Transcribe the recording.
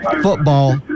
football